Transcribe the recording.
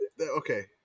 Okay